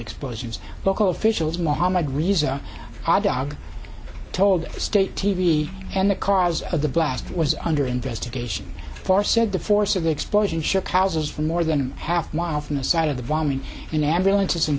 explosions local officials mohamad riza dog told state t v and the cause of the blast was under investigation for said the force of the explosion shook houses for more than a half mile from the site of the bombing and ambulances and